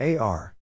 AR